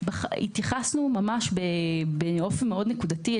התייחסנו ממש באופן מאוד נקודתי,